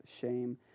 shame